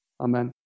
Amen